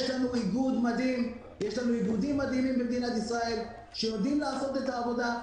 יש לנו עיבודים מדהימים במדינת ישראל שיודעים לעשות את העבודה.